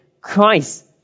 Christ